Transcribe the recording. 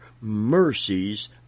mercies